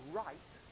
right